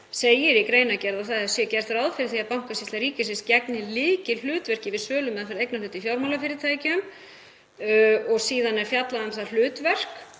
segir í greinargerð að það sé gert ráð fyrir því að Bankasýsla ríkisins gegni lykilhlutverki við sölumeðferð eignarhluta í fjármálafyrirtækjum og síðan er fjallað um það hlutverk